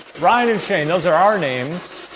ryan and shane, those are our names.